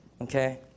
okay